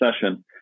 session